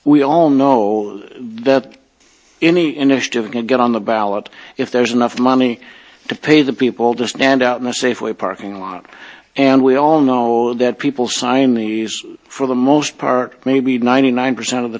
we all know that any initiative can get on the ballot if there's enough money to pay the people to stand out in a safeway parking lot and we all know that people sign these for the most part maybe ninety nine percent of the